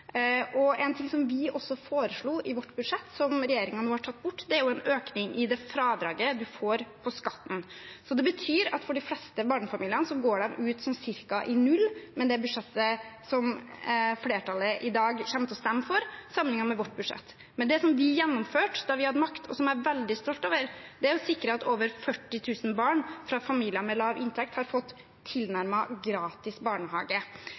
og en ting som vi også foreslo i vårt budsjett, som regjeringen nå har tatt bort, er en økning i skattefradraget. Det betyr at de fleste barnefamiliene går ut ca. i null med det budsjettet flertallet i dag kommer til å stemme for, sammenlignet med vårt budsjett. Det vi gjennomførte da vi hadde makt, og som jeg er veldig stolt over, var å sikre at over 40 000 barn fra familier med lav inntekt har fått tilnærmet gratis barnehage.